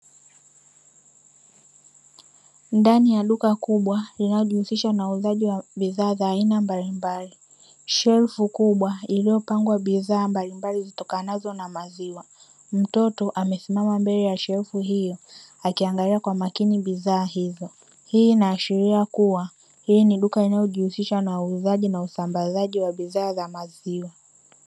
Ndani ya duka kubwa linalojihususha na uuzaji wa bidhaa za aina mbalimbali, shelfu kubwa iliyopangwa bidhaa mbalimbali zitokanazo na maziwa; mtoto amesimama mbele ya shelfu hiyo akiangalia kwa makini bidhaa hizo. Hii inaashiria kuwa hii ni duka linalojihusisha na uuzaji na usambazaji wa bidhaa za maziwa.